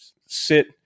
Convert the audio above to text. sit